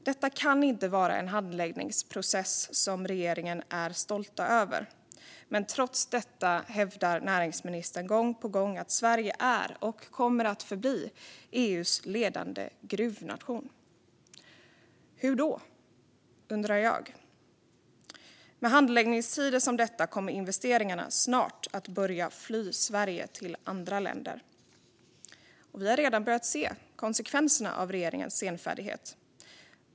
Detta kan inte vara en handläggningsprocess som regeringen är stolt över. Trots detta hävdar näringsministern gång på gång att Sverige är och kommer att förbli EU:s ledande gruvnation. Hur då? Det undrar jag. Med handläggningstider som dessa kommer investeringarna snart att börja fly från Sverige till andra länder. Vi har redan börjat se konsekvenserna av regeringens senfärdighet.